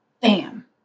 BAM